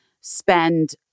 spend